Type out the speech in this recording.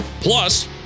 plus